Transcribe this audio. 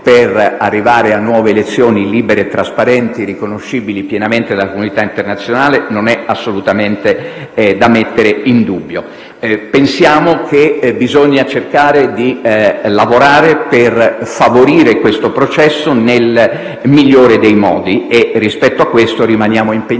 di arrivare a nuove elezioni, libere e trasparenti, pienamente riconoscibili dalla comunità internazionale, non è assolutamente da mettere in dubbio. Pensiamo che occorra lavorare per favorire siffatto processo nel migliore dei modi. Rispetto a questo, rimaniamo impegnati